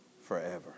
forever